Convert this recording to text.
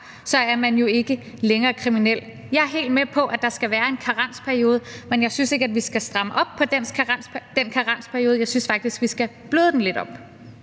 straf, jo ikke længere er kriminel. Jeg er helt med på, at der skal være en karensperiode, men jeg synes ikke, at vi skal stramme op på den karensperiode. Jeg synes faktisk, at vi skal bløde den lidt op.